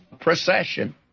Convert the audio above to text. procession